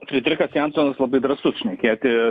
frederikas jansonas labai drąsus šnekėti